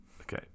Okay